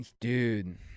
Dude